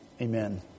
Amen